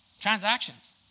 Transactions